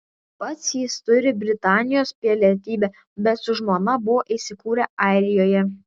pats jis turi britanijos pilietybę bet su žmona buvo įsikūrę airijoje